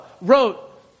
wrote